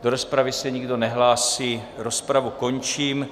Do rozpravy se nikdo nehlásí, rozpravu končím.